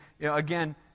again